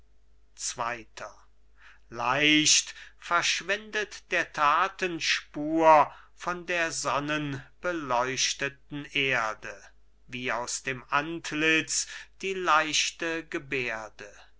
zweiter berengar leicht verschwindet der thaten spur von der sonnenbeleuchteten erde wie aus dem antlitz die leichte geberde aber